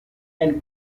and